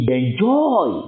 enjoy